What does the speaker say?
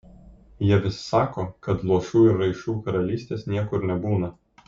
jie vis sako kad luošų ir raišų karalystės niekur nebūna